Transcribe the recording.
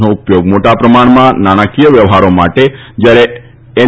નો ઉપયોગ મોટા પ્રમાણમાં નાણાંકીય વ્યવહારો માટે જ્યારે એન